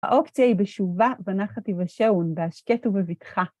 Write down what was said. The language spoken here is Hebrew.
האופציה היא בשובה, בנחת ייוושעון, בהשקט ובבטחה.